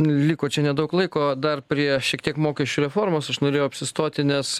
liko čia nedaug laiko dar prie šiek tiek mokesčių reformos aš norėjau apsistoti nes